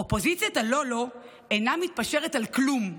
אופוזיציית הלא-לא אינה מתפשרת על כלום,